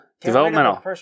developmental